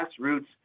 grassroots